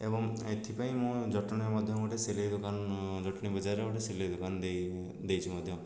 ଏବଂ ଏଥିପାଇଁ ମୁଁ ଜଟଣୀରେ ମଧ୍ୟ ଗୋଟିଏ ସିଲେଇ ଦୋକାନ ଜଟଣୀ ବଜାରରେ ଗୋଟିଏ ସିଲେଇ ଦୋକାନ ଦେଇ ଦେଇଛି ମଧ୍ୟ